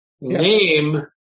name